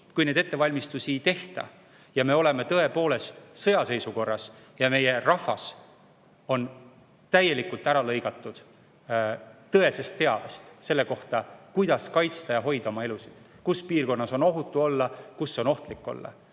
kui neid ettevalmistusi ei tehtaks ja me oleksime tõepoolest sõjaseisukorras ja meie rahvas oleks täielikult ära lõigatud tõesest teabest selle kohta, kuidas kaitsta ja hoida oma elusid, kus piirkonnas on ohutu olla, kus on ohtlik olla?